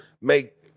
make